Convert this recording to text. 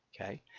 okay